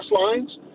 lines